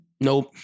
Nope